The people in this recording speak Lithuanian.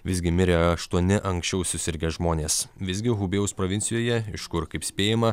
visgi mirė aštuoni anksčiau susirgę žmonės visgi hubėjaus provincijoje iš kur kaip spėjama